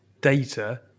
data